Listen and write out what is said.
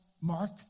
Mark